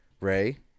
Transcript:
Ray